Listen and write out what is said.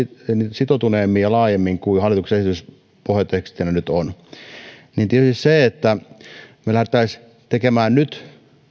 sitoutuneemmin ja laajemmin kuin hallituksen esitys pohjatekstinä nyt on tietysti se että me lähtisimme tekemään nyt